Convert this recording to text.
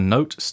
Note